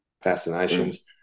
fascinations